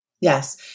Yes